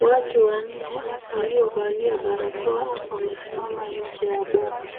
Watu wanne waliovalia barakoa wamesimama nje ya boma.